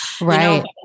Right